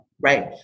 right